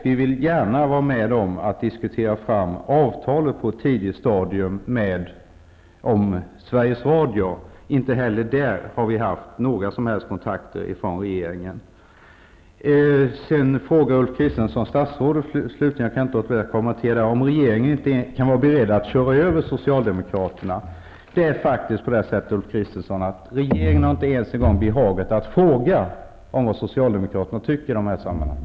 Vi vill gärna vara med om att på ett tidigt stadium diskutera fram avtalet rörande Sveries Radio. Inte heller i det avseendet har regeringen tagit någon som helst kontakt med oss. Ulf Kristersson frågade statsrådet, och jag kan inte låta bli att kommentera det, om regeringen är beredd att köra över socialdemokraterna. Det är faktiskt på det sättet, Ulf Kristersson, att regeringen inte ens har behagat att fråga vad socialdemokraterna tycker i de här sammanhangen.